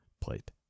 plate